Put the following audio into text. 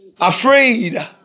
afraid